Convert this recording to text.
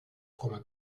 frommer